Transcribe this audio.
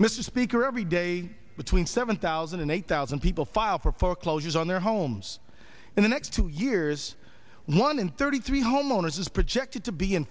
mr speaker every day between seven thousand and eight thousand people file for foreclosures on their homes in the next two years one in thirty three homeowners is projected to be in